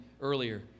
earlier